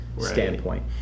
standpoint